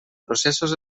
processos